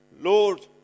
Lord